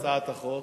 מה אומרת הצעת החוק?